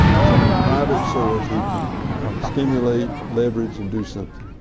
some private source who can stimulate, leverage and do something,